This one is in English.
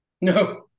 No